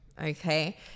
okay